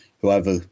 whoever